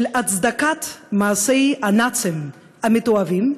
של הצדקת מעשי הנאצים המתועבים,